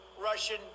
Russian